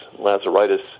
lazaritis